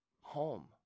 home